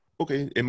okay